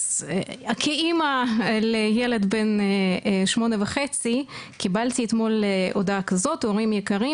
אז כאמא לילד בן 8.5 קיבלתי אתמול הודעה כזאת "הורים יקרים,